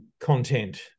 content